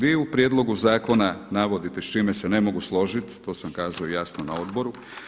Vi u prijedlogu zakona navodite s čime se ne mogu složiti, to sam kazao jasno na odboru.